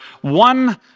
one